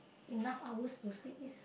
enough hours to sleep is